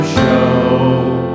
show